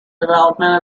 development